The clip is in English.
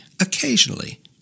occasionally